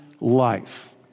life